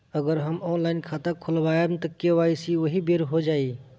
अगर हम ऑनलाइन खाता खोलबायेम त के.वाइ.सी ओहि बेर हो जाई